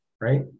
right